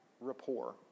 rapport